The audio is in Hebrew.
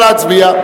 נא להצביע.